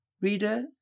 Reader